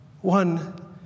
One